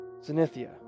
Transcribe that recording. Zenithia